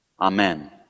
Amen